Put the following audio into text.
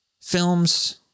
films